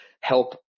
help